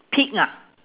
peek ah